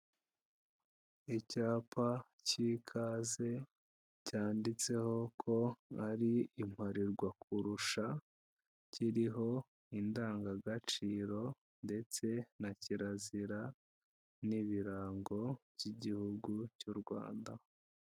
Icyapa cy'ikaze cyanditseho ko ari imparirwakurusha, kiriho indangagaciro ndetse na kirazira n'ibirango by'igihugu cy'u Rwanda.